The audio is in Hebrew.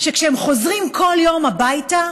שכשהם חוזרים כל יום הביתה